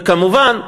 וכמובן,